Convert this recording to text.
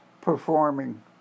performing